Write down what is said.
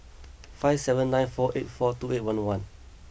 five seven nine four eight four two eight one one